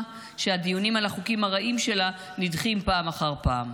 שהדיונים על החוקים הרעים שלה נדחים פעם אחר פעם.